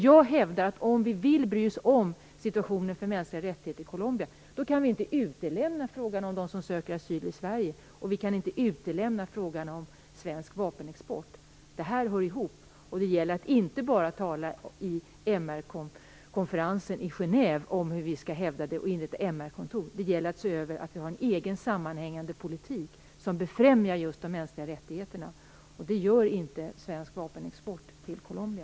Jag hävdar dock att vi inte kan utelämna frågorna om asyl och svensk vapenexport, om vi vill bry oss om situationen för de mänskliga rättigheterna i Colombia. Det här hör ihop. Det gäller att inte bara tala vid MR-konferensen i Gèneve om hur vi skall inrätta ett MR-kontor. Det gäller att se till att vi har en egen sammanhängande politik som befrämjar just de mänskliga rättigheterna. Det gör inte svensk vapenexport till Colombia.